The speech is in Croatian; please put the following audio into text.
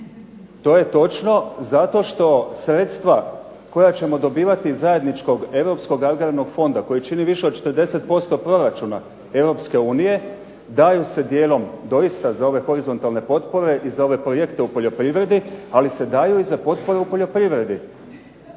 To je točno, zato što sredstva koja ćemo dobivati iz zajedničkog Europskog agrarnog fonda koji čini više od 40% proračuna Europske unije daju se dijelom doista za ove horizontalne potpore i za ove projekte u poljoprivredi, ali se daju i za potpore u poljoprivredi.